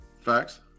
Facts